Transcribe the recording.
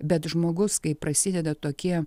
bet žmogus kai prasideda tokie